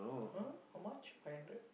!huh! how much five hundred